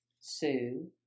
Sue